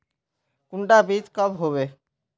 कुंडा बीज कब होबे?